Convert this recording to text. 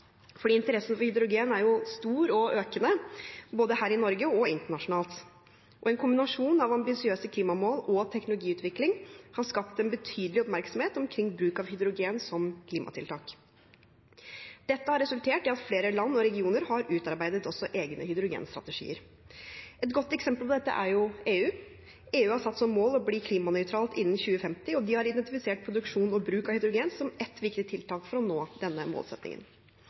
Interessen for hydrogen er stor og økende, både her i Norge og internasjonalt. En kombinasjon av ambisiøse klimamål og teknologiutvikling har skapt en betydelig oppmerksomhet omkring bruk av hydrogen som klimatiltak. Dette har resultert i at flere land og regioner har utarbeidet egne hydrogenstrategier. Et godt eksempel på dette er EU. EU har satt som mål å bli klimanøytralt innen 2050, og de har identifisert produksjon og bruk av hydrogen som ett viktig tiltak for å nå denne målsettingen.